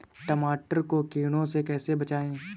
टमाटर को कीड़ों से कैसे बचाएँ?